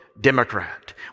Democrat